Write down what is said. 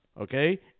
okay